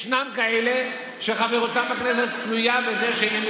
ישנם כאלה שחברותם בכנסת תלויה בזה שאם הם